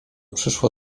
przyszło